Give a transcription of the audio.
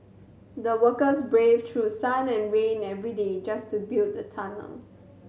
the workers braved through sun and rain every day just to build the tunnel